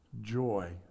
joy